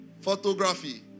photography